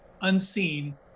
unseen